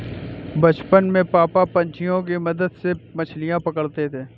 बचपन में पापा पंछियों के मदद से मछलियां पकड़ते थे